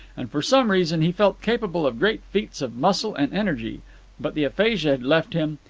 and for some reason he felt capable of great feats of muscle and energy but the aphasia had left him,